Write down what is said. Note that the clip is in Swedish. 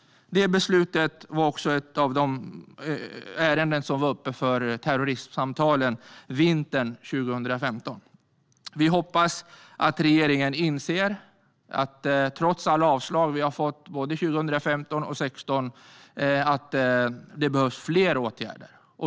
Det var också ett av de ärenden som togs upp i terroristsamtalen vintern 2015. Vi hoppas att regeringen inser att det, trots alla avslag vi har fått både 2015 och 2016, behövs fler åtgärder.